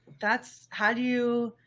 that's how do you,